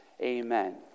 Amen